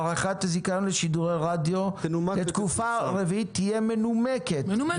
-- הארכת זיכיון לשידורי רדיו לתקופה רביעית תהיה מנומקת,